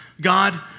God